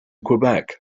quebec